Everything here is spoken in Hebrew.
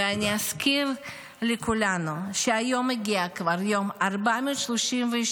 ואני אזכיר לכולנו שהיום הגיע כבר היום ה-438